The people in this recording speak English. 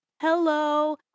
hello